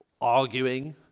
arguing